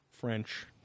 French